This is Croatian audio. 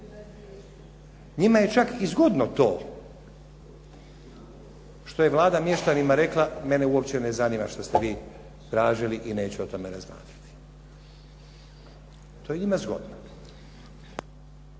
Njima je čak i zgodno to što je Vlada mještanima rekla mene uopće ne zanima što ste vi tražili i neću o tome razmatrati, to je njima zgodno.